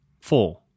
four